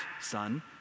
son